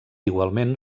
igualment